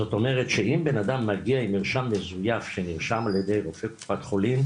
זאת אומרת שאם בנאדם מגיע עם מרשם מזויף שנרשם על ידי רופא קופת חולים,